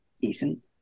decent